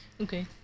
Okay